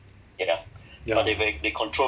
ya